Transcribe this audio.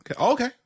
Okay